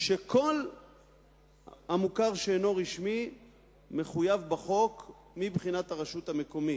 כל המוכר שאינו רשמי מחויב בחוק מבחינת הרשות המקומית,